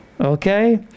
okay